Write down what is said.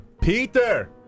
peter